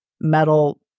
metal